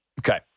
Okay